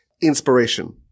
inspiration